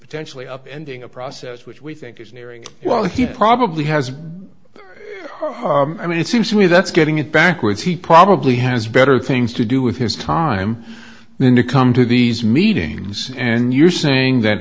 potentially up ending a process which we think is nearing well he probably has i mean it seems to me that's getting it backwards he probably has better things to do with his time and you come to these meetings and you're saying that